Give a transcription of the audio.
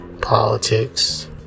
politics